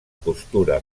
costura